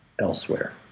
elsewhere